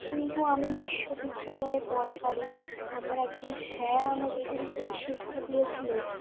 কিন্তু আমি বিশ্ববিদ্যালয়ে পড়াকালীন আমার একজন স্যার আমাকে কিন্তু এই শিক্ষা দিয়েছিলেন